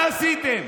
מה עשיתם?